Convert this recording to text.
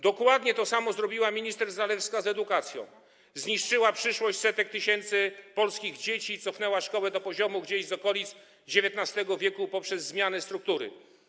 Dokładnie to samo zrobiła minister Zalewska z edukacją - zniszczyła przyszłość setek tysięcy polskich dzieci i cofnęła szkołę do poziomu gdzieś z okolic XIX w. poprzez zmianę struktury.